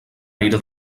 aire